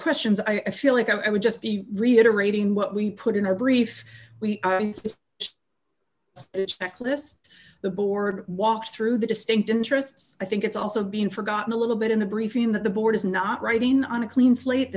questions i feel like i would just be reiterating what we put in our brief we expect list the board walk through the distinct interests i think it's also been forgotten a little bit in the briefing that the board is not writing on a clean slate